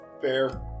Fair